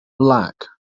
black